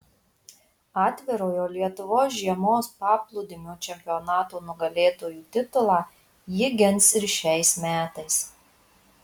atvirojo lietuvos žiemos paplūdimio čempionato nugalėtojų titulą ji gins ir šiais metais